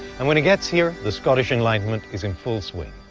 and when he gets here the scottish enlightenment is in full swing.